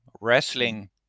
wrestling